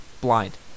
blind